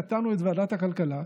נתנו את ועדת הכלכלה.